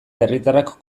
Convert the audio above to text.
herritarrak